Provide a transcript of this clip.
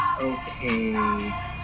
Okay